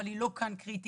אבל היא לא כאן קריטית.